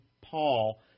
Paul